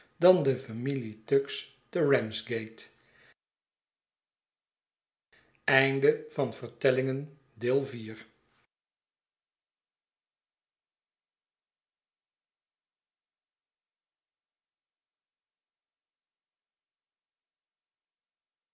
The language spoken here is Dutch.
iv be familie tuggs te ramsgate